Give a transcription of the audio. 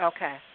Okay